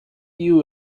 you